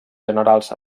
generals